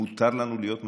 מותר לנו להיות מאוכזבים.